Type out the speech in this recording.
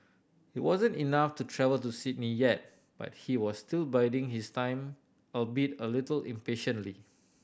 it wasn't enough to travel to Sydney yet but he was still biding his time albeit a little impatiently